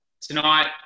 Tonight